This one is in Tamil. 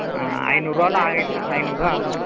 ஐநூறுருவால ஆகிருங்க ஐநூறுருவா அகுங்க